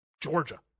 Georgia